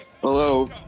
hello